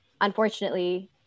unfortunately